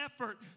effort